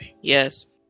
Yes